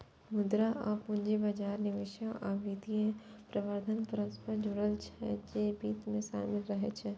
मुद्रा आ पूंजी बाजार, निवेश आ वित्तीय प्रबंधन परस्पर जुड़ल छै, जे वित्त मे शामिल रहै छै